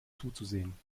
zuzusehen